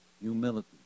humility